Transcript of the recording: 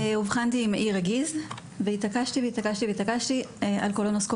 כשאובחנתי עם מעי רגיז התעקשתי על קולונוסקופיה.